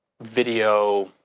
video.